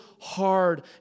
hard